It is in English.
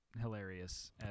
hilarious